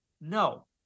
no